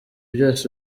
byose